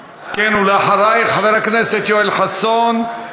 ואחרייך, חבר הכנסת יואל חסון.